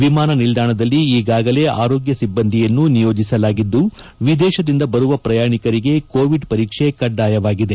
ವಿಮಾನ ನಿಲ್ಲಾಣಲ್ಲಿ ಈಗಾಗಲೇ ಆರೋಗ್ಯ ಸಿಬ್ಲಂದಿಯನ್ನು ನಿಯೋಜಿಸಲಾಗಿದ್ದು ವಿದೇಶದಿಂದ ಬರುವ ಪ್ರಯಾಣಿಕರಿಗೆ ಕೋವಿಡ್ ಪರೀಕ್ಷೆ ಕಡ್ಡಾಯವಾಗಿದೆ